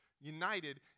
united